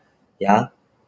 ya